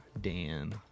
Dan